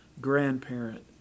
grandparent